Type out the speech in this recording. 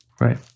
Right